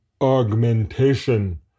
augmentation